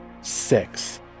six